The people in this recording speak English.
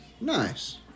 Nice